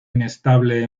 inestable